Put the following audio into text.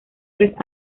tres